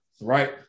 Right